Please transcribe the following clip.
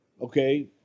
okay